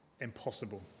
impossible